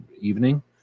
evening